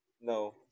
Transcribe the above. No